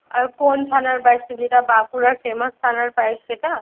কোন ছানার পায়েসটা যেটা বাঁকুড়ার ফেমাস ছানার পায়েস সেটা